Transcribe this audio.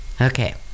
Okay